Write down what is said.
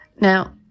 Now